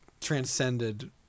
transcended